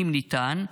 אם ניתן,